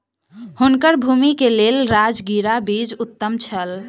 हुनकर भूमि के लेल राजगिरा बीज उत्तम छल